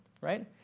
right